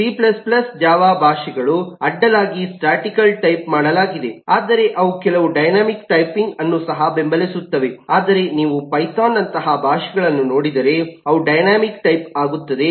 ಆದ್ದರಿಂದ C C Java ಭಾಷೆಗಳು ಅಡ್ಡಲಾಗಿ ಸ್ಟಾಟಿಕಲಿ ಟೈಪ್ ಮಾಡಲಾಗಿದೆ ಆದರೆ ಅವು ಕೆಲವು ಡೈನಾಮಿಕ್ ಟೈಪಿಂಗ್ ಅನ್ನು ಸಹ ಬೆಂಬಲಿಸುತ್ತವೆ ಆದರೆ ನೀವು ಪೈಥಾನ್ ನಂತಹ ಭಾಷೆಗಳನ್ನು ನೋಡಿದರೆ ಅವು ಡೈನಾಮಿಕ್ ಟೈಪ್ ಆಗುತ್ತವೆ